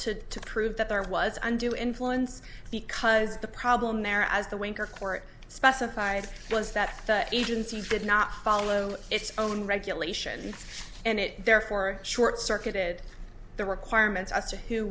to prove that there was undue influence because the problem there as the winker court specified was that the agency did not follow its own regulations and it therefore short circuited the requirements